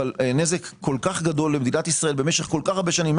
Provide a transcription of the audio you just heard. אבל נזק כה גדול למדינת ישראל משך כה הרבה שנים,